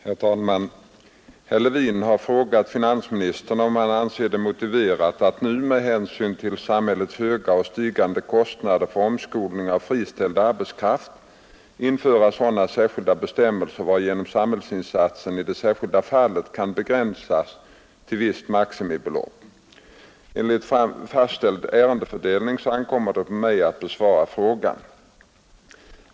Herr talman! Herr Levin har frågat finansministern om han anser det motiverat att nu, med hänsyn till samhällets höga och stigande kostnader för omskolning av friställd arbetskraft, införa sådana särskilda bestämmelser varigenom samhällsinsatsen i det enskilda fallet kunde begränsas till visst maximibelopp. Enligt fastställd ärendefördelning ankommer det på mig att besvara frågan.